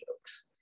jokes